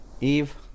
Eve